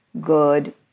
good